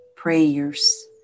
prayers